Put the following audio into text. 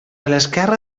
l’esquerra